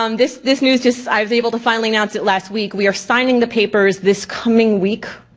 um this this news just i was able to finally announce it last week. we are signing the papers this coming week,